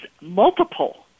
multiple